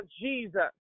Jesus